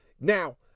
Now